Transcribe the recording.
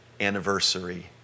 anniversary